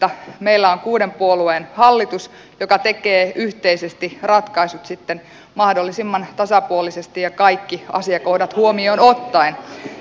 meillä on kuuden puolueen hallitus joka tekee yhteisesti ratkaisut sitten mahdollisimman tasapuolisesti ja kaikki asiakohdat huomioon ottaen